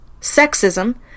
sexism